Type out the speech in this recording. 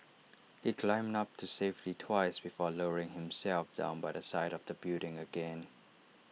he climbed up to safety twice before lowering himself down by the side of the building again